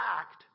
act